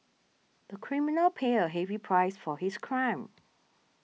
the criminal paid a heavy price for his crime